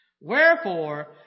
Wherefore